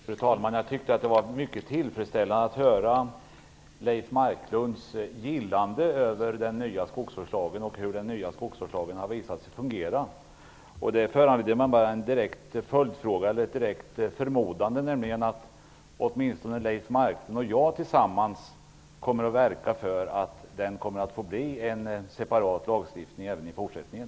Fru talman! Jag tyckte att det var mycket tillfredsställande att höra Leif Marklund uttrycka gillande över den nya skogsvårdslagen och hur den nya skogsvårdslagen har visat sig fungera. Det föranleder ett direkt förmodande om att åtminstone Leif Marklund och jag tillsammans kommer att verka för att det kommer att bli en separat lagstiftning även i fortsättningen.